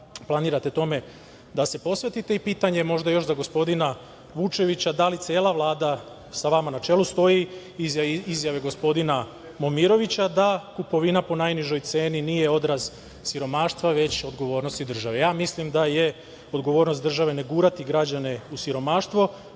planirate o tome da se posvetite. Pitanje, možda još, za gospodina Vučevića, da li cela Vlada sa vama na čelu stoji iza gospodina Momirovića da kupovina po najnižoj ceni nije odraz siromaštva već odgovornosti države. Ja mislim da je odgovornost države ne gurati građane u siromaštvo,